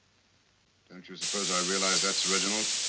don't you suppose i realize that, sir reginald?